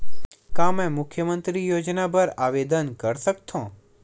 का मैं मुख्यमंतरी योजना बर आवेदन कर सकथव?